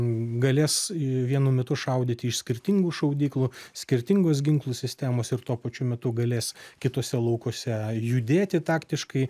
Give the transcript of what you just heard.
galės vienu metu šaudyti iš skirtingų šaudyklų skirtingos ginklų sistemos ir tuo pačiu metu galės kituose laukuose judėti taktiškai